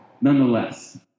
Nonetheless